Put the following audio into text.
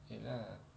ya lah